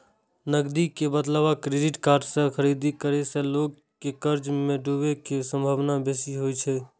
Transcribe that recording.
नकदी के बदला क्रेडिट कार्ड सं खरीदारी करै सं लोग के कर्ज मे डूबै के संभावना बेसी होइ छै